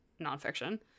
nonfiction